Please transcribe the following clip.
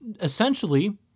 essentially